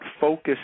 focus